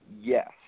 Yes